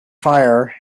fire